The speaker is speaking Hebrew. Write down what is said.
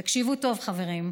תקשיבו טוב, חברים,